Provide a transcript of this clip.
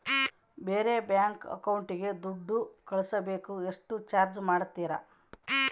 ಬೇರೆ ಬ್ಯಾಂಕ್ ಅಕೌಂಟಿಗೆ ದುಡ್ಡು ಕಳಸಾಕ ಎಷ್ಟು ಚಾರ್ಜ್ ಮಾಡತಾರ?